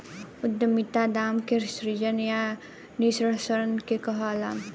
उद्यमिता दाम के सृजन या निष्कर्सन के कहाला